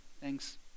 thanks